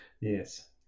yes